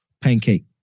Pancake